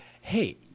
Hey